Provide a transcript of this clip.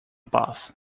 bath